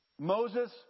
Moses